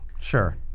Sure